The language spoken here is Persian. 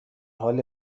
حال